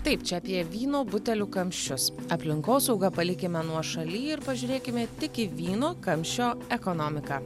taip čia apie vyno butelių kamščius aplinkosaugą palikime nuošaly ir pažiūrėkime tik į vyno kamščio ekonomiką